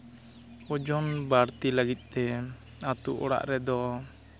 ᱳᱡᱚᱱ ᱵᱟᱹᱲᱛᱤ ᱞᱟᱹᱜᱤᱫ ᱛᱮ ᱟᱹᱛᱩ ᱚᱲᱟᱜ ᱨᱮᱫᱚ